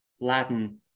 Latin